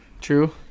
True